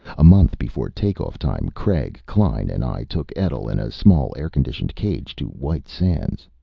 a month before takeoff time, craig, klein and i took etl, in a small air-conditioned cage, to white sands.